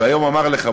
והיום אמר לך,